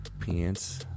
Pants